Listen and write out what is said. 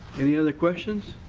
any other questions?